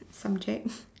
subject